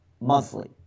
monthly